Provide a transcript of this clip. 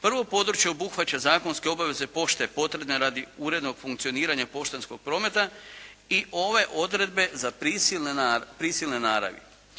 Prvo područje obuhvaća zakonske obaveze pošte potrebne radi urednog funkcioniranja poštanskog prometa i ove odredbe za prisilne naravi.